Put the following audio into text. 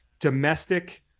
domestic